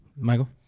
Michael